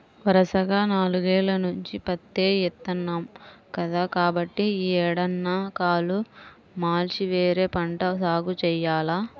వరసగా నాలుగేల్ల నుంచి పత్తే ఏత్తన్నాం కదా, కాబట్టి యీ ఏడన్నా కాలు మార్చి వేరే పంట సాగు జెయ్యాల